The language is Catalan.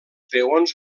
peons